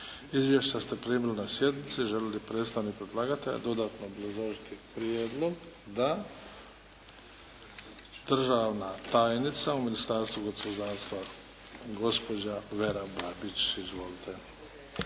Izvješća ste primili na sjednici. Želi li predstavnik predlagatelja dodatno obrazložiti prijedlog? Da. Državna tajnica u Ministarstvu gospodarstva, gospođa Vera Babić. Izvolite.